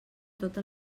tota